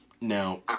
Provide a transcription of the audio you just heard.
Now